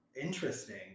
Interesting